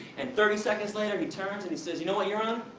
and thirty seconds later, he turns and he says you know what, your um